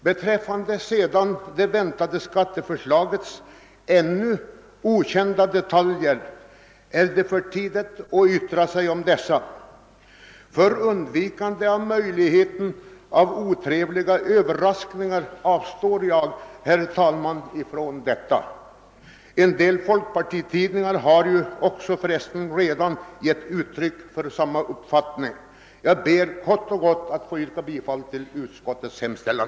Beträffande det väntade skatteförslagets ännu okända detaljer är det för tidigt att göra något uttalande och för undvikande av möjligheten av otrevliga överraskningar avstår jag därifrån, herr talman. Vissa folkpartitidningar har för övrigt givit uttryck för samma uppfattning. Herr talman! Jag begär kort och gott att få yrka bifall till utskottets hemställan.